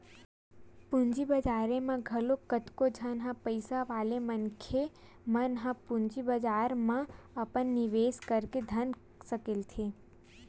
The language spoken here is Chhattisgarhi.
पूंजी बजारेच म घलो कतको झन पइसा वाले मनखे मन ह पूंजी बजार म अपन निवेस करके धन सकेलथे